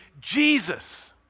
Jesus